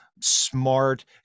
smart